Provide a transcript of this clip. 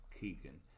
Keegan